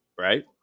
right